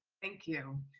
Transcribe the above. thank you,